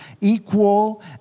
equal